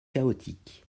chaotique